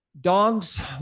dogs